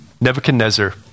Nebuchadnezzar